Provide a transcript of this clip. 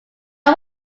one